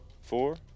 Four